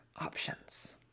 options